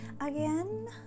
Again